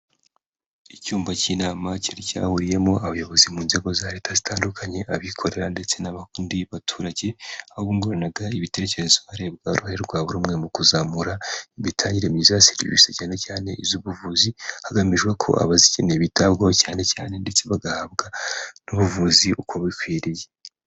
Icyumba k'inama cyari cyahuriyemo abayobozi mu nzego za Leta zitandukanye, abikorera ndetse n'abandi baturage aho bunguranaga ibitekerezo harebwa uruhare rwa buri umwe mu kuzamura imitangire myiza ya serivise, cyane cyane iz'ubuvuzi hagamijwe ko abazikeneye bitabwaho cyane cyane ndetse bagahabwa n'ubuvuzi uko bikwiriye.